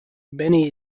benny